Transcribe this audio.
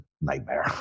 nightmare